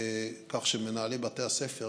כך שמנהלי בתי הספר,